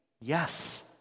yes